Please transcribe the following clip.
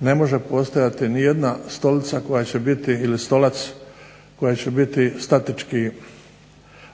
Ne može postojati ni jedna stolica koja će biti ili stolac koji će biti statički